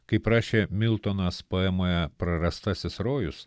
kaip rašė miltonas poemoje prarastasis rojus